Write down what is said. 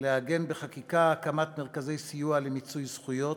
לעגן בחקיקה הקמת מרכזי סיוע למיצוי זכויות.